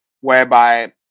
whereby